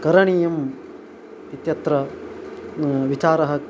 करणीयम् इत्यत्र विचारः